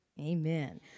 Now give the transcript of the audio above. Amen